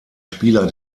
spieler